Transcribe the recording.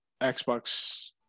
Xbox